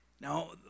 Now